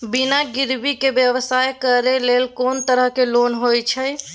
बिना गिरवी के व्यवसाय करै ले कोन तरह के लोन होए छै?